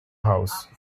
house